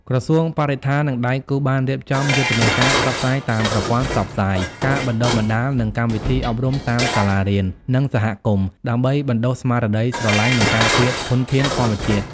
ក្រសួងបរិស្ថាន និងដៃគូ បានរៀបចំយុទ្ធនាការផ្សព្វផ្សាយតាមប្រព័ន្ធផ្សព្វផ្សាយ ការបណ្តុះបណ្តាល និងកម្មវិធីអប់រំតាមសាលារៀន និងសហគមន៍ ដើម្បីបណ្តុះស្មារតីស្រឡាញ់ និងការពារធនធានធម្មជាតិ។